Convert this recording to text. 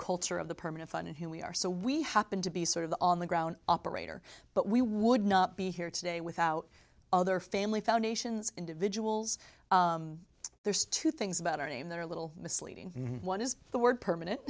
culture of the permanent fund and who we are so we happened to be sort of on the ground operator but we would not be here today without other family foundations individuals there's two things about our name they're a little misleading and one is the word permanent